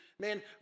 Man